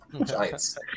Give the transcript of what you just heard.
Giants